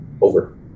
over